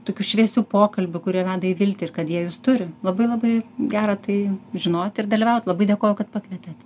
tokių šviesių pokalbių kurie veda į viltį ir kad jie jus turi labai labai gera tai žinot ir dalyvaut labai dėkoju kad pakvietėt